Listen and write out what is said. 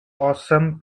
awesome